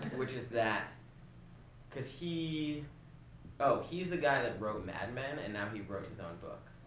which is that because he oh, he's the guy that wrote mad men, and now he wrote his own book.